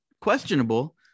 questionable